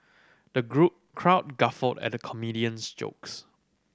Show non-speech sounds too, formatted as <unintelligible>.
the <unintelligible> crowd guffawed at the comedian's jokes